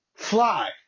Fly